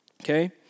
Okay